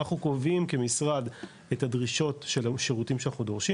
אנחנו קובעים כמשרד את הדרישות של השירותים שאנחנו דורשים